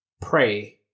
pray